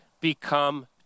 become